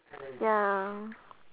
ya